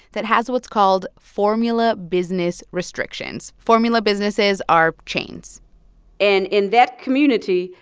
that has what's called formula business restrictions. formula businesses are chains and in that community,